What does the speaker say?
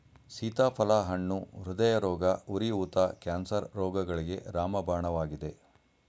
ಸೀತಾಫಲ ಹಣ್ಣು ಹೃದಯರೋಗ, ಉರಿ ಊತ, ಕ್ಯಾನ್ಸರ್ ರೋಗಗಳಿಗೆ ರಾಮಬಾಣವಾಗಿದೆ